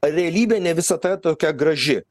realybė ne visada tokia graži